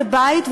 כבית,